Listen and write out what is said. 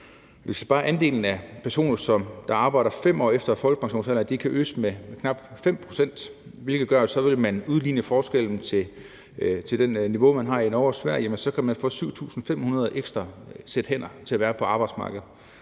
bare andelen af personer, som arbejder 5 år efter folkepensionsalderen, kan øges med knap 5 pct., hvilket ville udligne forskellen i forhold til det niveau, man har i Norge og Sverige, kan man få 7.500 ekstra sæt hænder til at være på arbejdsmarkedet.